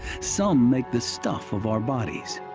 some make the stuff of our bodies,